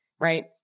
right